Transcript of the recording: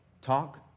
talk